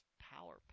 power